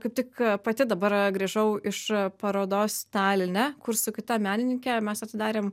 kaip tik pati dabar grįžau iš parodos taline kur su kita menininke mes atidarėm